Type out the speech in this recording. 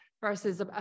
versus